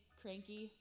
cranky